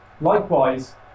Likewise